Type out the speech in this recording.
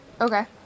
Okay